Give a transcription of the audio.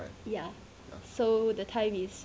ya so the time is